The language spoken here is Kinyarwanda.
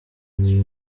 iyi